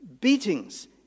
beatings